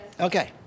Okay